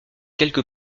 quelque